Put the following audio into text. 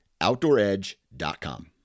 OutdoorEdge.com